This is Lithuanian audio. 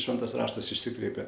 šventas raštas išsikreipė